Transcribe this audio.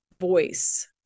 voice